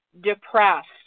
depressed